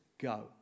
go